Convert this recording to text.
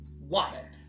Water